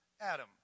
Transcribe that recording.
Adam